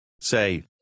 Say